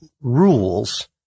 rules